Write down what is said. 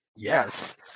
Yes